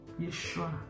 Yeshua